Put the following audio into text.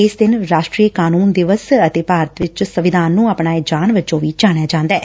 ਇਹ ਦਿਨ ਰਾਸ਼ਟਰੀ ਕਾਨੂੰਨ ਦਿਵਸ ਅਤੇ ਭਾਰਤ ਚ ਸੰਵਿਧਾਨ ਨੂੰ ਅਪਣਾਏ ਜਾਣ ਵਜੋਂ ਵੀ ਜਾਣਿਆ ਜਾਂਦੈ